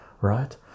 right